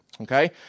Okay